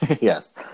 Yes